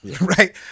Right